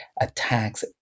attacks